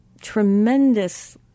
tremendous